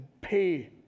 pay